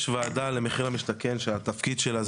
יש ועדה למחיר למשתכן שהתפקיד שלה זה